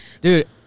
Dude